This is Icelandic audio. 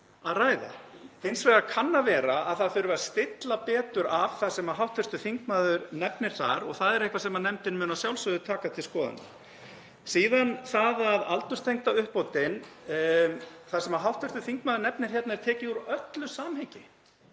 það er eitthvað sem nefndin mun að sjálfsögðu taka til skoðunar. Síðan er það aldurstengda uppbótin. Það sem hv. þingmaður nefnir hérna er tekið úr öllu samhengi.